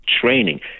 training